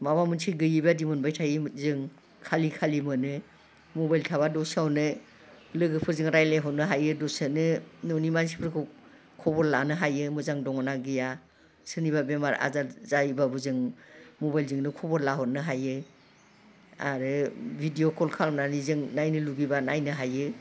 माबा मोनसे गैयिबायदि मोनबाय थायो जों खालि खालि मोनो मबाइल थाब्ला दसेयावनो लोगोफोरजों रायज्लायहरनो हायो दसेनो न'नि मानसिफोरखौ खबर लानो हायो मोजां दङना गैया सोरनिबा बेमार आजार जायोब्लाबो जों मबाइलजोंनो खबर लाहरनो हायो आरो भिडिअ कल खालामनानै जों नायनो लुगैब्ला नायनो हायो